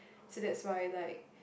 so that's why like